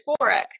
euphoric